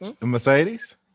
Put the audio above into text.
Mercedes